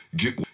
get